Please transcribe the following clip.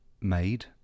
made